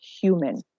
human